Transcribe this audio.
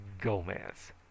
Gomez